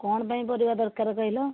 କ'ଣ ପାଇଁ ପରିବା ଦରକାର କହିଲ